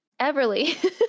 Everly